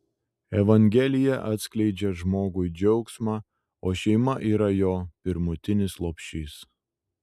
evangelija atskleidžia žmogui džiaugsmą o šeima yra jo pirmutinis lopšys